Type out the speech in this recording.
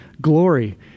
glory